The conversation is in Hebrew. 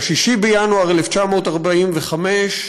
וב-6 בינואר 1945,